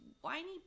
whiny